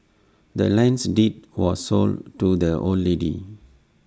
the land's deed was sold to the old lady